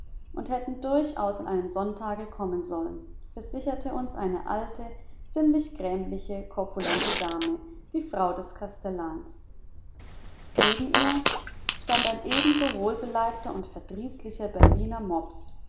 und hätten durchaus an einem sonntage kommen sollen versicherte uns eine alte ziemlich grämliche korpulente dame die frau des kastellans neben ihr stand ein ebenso wohlbeleibter und verdrießlicher berliner mops